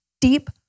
deep